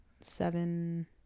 seven